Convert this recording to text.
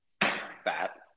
Fat